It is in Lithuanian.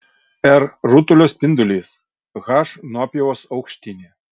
r rutulio spindulys h nuopjovos aukštinė